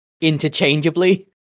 interchangeably